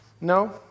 No